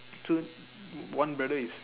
so one brother is